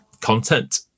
content